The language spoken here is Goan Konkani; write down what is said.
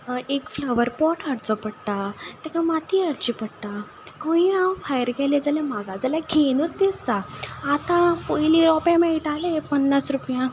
एक फ्लावर पोट हाडचो पडटा ताका माती हाडची पडटा खंयी हांव भायर गेलें जाल्यार म्हाका जाल्यार घेनूच दिसता आतां पयलीं रोंपे मेळटाले पन्नास रुपयांक